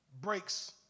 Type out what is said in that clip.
breaks